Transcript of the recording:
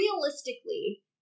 realistically